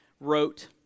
wrote